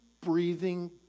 breathing